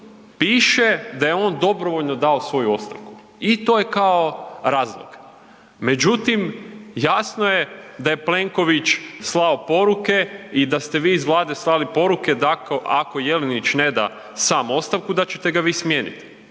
piše da je on dobrovoljno dao svoju ostavku i to je kao razlog. Međutim, jasno je da je Plenković slao poruke i da ste vi iz Vlade slali poruke da ako Jelenić ne da sam ostavku da ćete ga vi smijeniti.